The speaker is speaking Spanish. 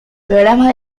programas